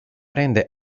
rende